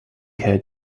had